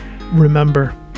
Remember